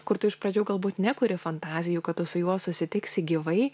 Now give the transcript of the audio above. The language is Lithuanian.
kur tu iš pradžių galbūt nekuri fantazijų kad tu su juo susitiksi gyvai